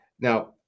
Now